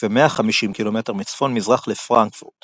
ו-150 ק"מ מצפון-מזרח לפרנקפורט